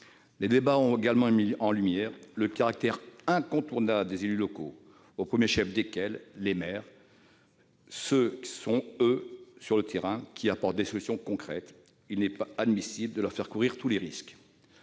Les débats ont aussi mis en lumière le caractère incontournable des élus locaux, au premier chef desquels on trouve les maires : ce sont eux qui, sur le terrain, apportent des solutions concrètes. Il est inadmissible de leur faire courir tous les risques.